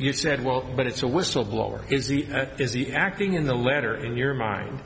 you said well but it's a whistleblower is the is the acting in the letter in your mind